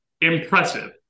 impressive